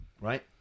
right